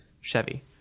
Chevy